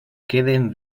queden